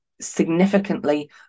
significantly